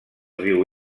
riu